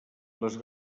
les